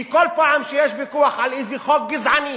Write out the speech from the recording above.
כי כל פעם שיש ויכוח על איזה חוק גזעני,